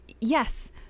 yes